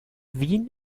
wien